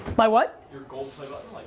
my what? your gold